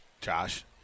Josh